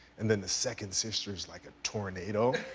and then the second sister's like a tornado.